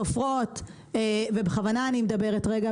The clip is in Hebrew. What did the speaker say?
תופרות, ובכוונה אני מדברת רגע